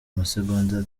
masegonda